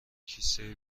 کیسه